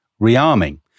rearming